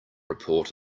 report